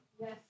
Yes